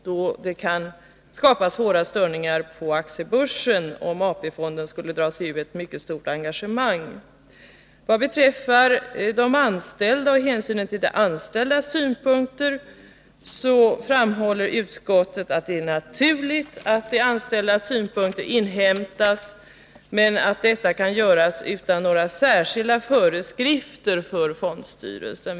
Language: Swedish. Det skulle nämligen kunna skapas svåra störningar på aktiebörsen om AP-fonden skulle dra sig ur ett mycket stort engagemang. Vad beträffar de anställda och hänsynen till deras synpunkter, framhåller utskottet att det är naturligt att de anställdas synpunkter inhämtas men att detta kan göras utan några särskilda föreskrifter för fondstyrelsen.